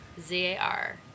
Z-A-R